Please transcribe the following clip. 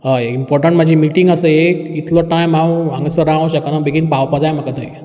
हय इंपॉर्टण्ट म्हाजी मिटींग आसा एक इतलो टायम हांव हांगसर रावों शकाना बेगीन पावपाक जाय म्हाका थंय